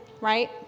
Right